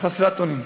חסרת אונים.